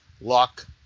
luck